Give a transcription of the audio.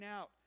out